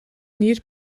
gnir